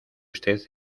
usted